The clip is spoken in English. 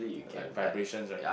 like vibration right